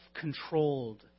controlled